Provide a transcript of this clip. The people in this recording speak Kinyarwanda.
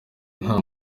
nta